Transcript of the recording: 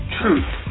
truth